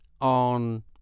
on